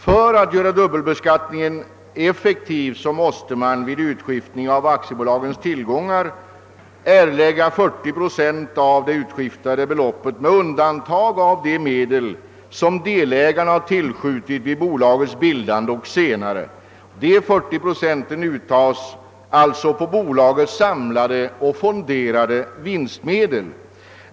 För att dubbelbeskattningen skall bli effektiv måste man vid utskiftning av aktiebolags tillgångar erlägga 40 procent av det utskiftade beloppet med undantag av de medel som delägarna har tillskjutit vid bolagets bildande och senare. Dessa 40 procent uttas alltså på bolagets samlade och fonderade vinstmedel.